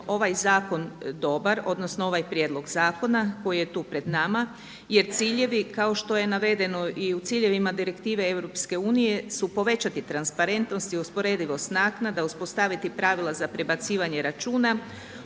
ovaj zakon dobar, odnosno ovaj prijedlog zakona koji je tu pred nama. Jer ciljevi kao što je navedeno i u ciljevima Direktive EU su povećati transparentnost i usporedivost naknada, uspostaviti pravila za prebacivanje računa,